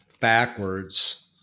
backwards